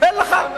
אין לך.